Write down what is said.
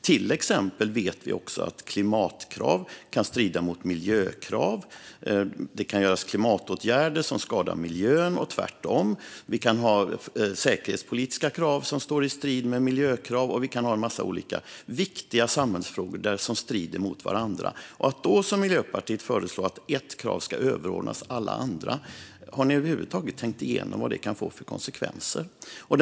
Till exempel vet vi att klimatkrav kan strida mot miljökrav. Det kan vidtas klimatåtgärder som skadar miljön och tvärtom. Vi kan ha säkerhetspolitiska krav som står i strid med miljökrav. Vi kan ha en massa olika viktiga samhällsfrågor där saker står i strid med varandra. När Miljöpartiet föreslår att ett krav ska överordnas alla andra undrar jag om man över huvud taget har tänkt igenom vilka konsekvenser detta kan få. Det var min första fråga.